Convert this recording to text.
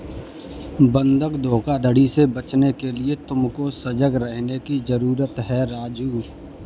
बंधक धोखाधड़ी से बचने के लिए तुमको सजग रहने की जरूरत है राजु